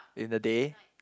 in the day